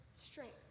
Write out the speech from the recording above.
strength